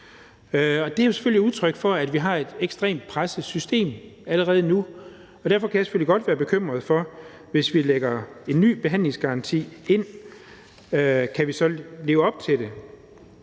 et udtryk for, at vi har et ekstremt presset system allerede nu, og derfor kan jeg selvfølgelig godt være bekymret for, om vi, hvis vi lægger en ny behandlingsgaranti ind, så kan leve op til det.